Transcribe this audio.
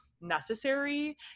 necessary